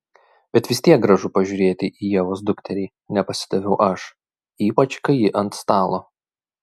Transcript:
bet vis tiek gražu pažiūrėti į ievos dukterį nepasidaviau aš ypač kai ji ant stalo